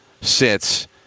sits